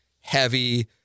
heavy